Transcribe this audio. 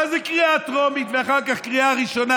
מה זה קריאה טרומית ואחרי זה קריאה ראשונה,